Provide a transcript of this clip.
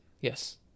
yes